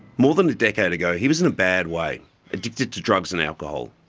more than a decade ago he was in a bad way addicted to drugs and alcohol.